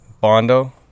Bondo